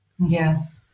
Yes